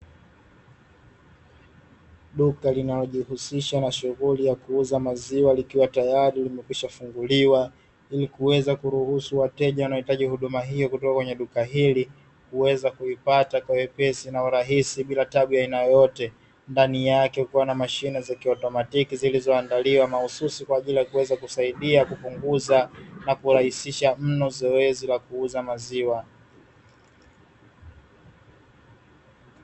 Duka linalojihusisha na shughuli ya kuuza maziwa, likiwa tayari limekwishwa funguliwa ili kuweza kuruhusu wateja wanaohitaji huduma hiyo kwenye duka hili, ili kuweza kupata kiwepesi na urahisi bila kupata taabu ya aina yoyote, ndani yake kukiwa na mashine za kiutomatiki zilizoandaliwa mahususi kwa ajili ya kuweza kusaidia kupunguza na kurahisisha mno zoezi la kuuzia maziwa.